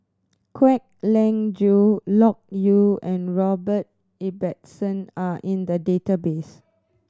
Kwek Leng Joo Loke Yew and Robert Ibbetson are in the database